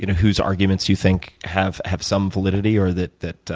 you know whose arguments you think have have some validity, or that that